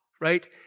right